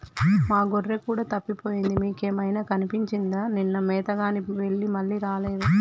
మా గొర్రె కూడా తప్పిపోయింది మీకేమైనా కనిపించిందా నిన్న మేతగాని వెళ్లి మళ్లీ రాలేదు